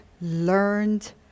learned